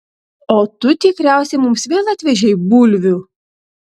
o tu tikriausiai mums vėl atvežei bulvių